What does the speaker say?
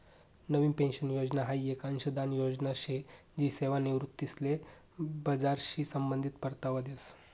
नवीन pension योजना हाई येक अंशदान योजना शे जी सेवानिवृत्तीसले बजारशी संबंधित परतावा देस